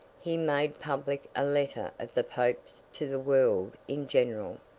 he made public a letter of the pope's to the world in general,